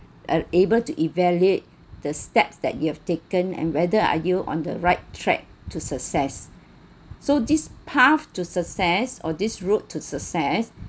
uh able to evaluate the steps that you have taken and whether are you on the right track to success so this path to success or this route to success